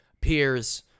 peers